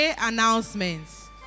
announcements